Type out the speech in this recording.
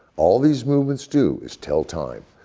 all these movements do is tell time!